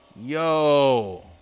Yo